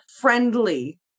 friendly